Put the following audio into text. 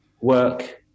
work